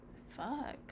Fuck